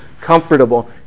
comfortable